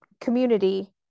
community